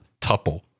Tuple